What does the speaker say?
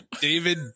David